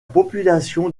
population